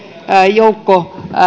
joukko